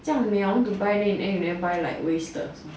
这样瞄 want to buy in the end never buy like wasted also